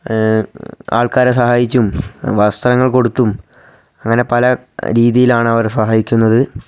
ആൾക്കാരെ സഹായിച്ചും വസ്ത്രങ്ങൾ കൊടുത്തും അങ്ങനെ പല രീതിയിലാണ് അവരെ സഹായിക്കുന്നത്